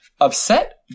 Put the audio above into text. upset